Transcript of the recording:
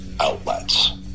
outlets